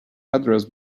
address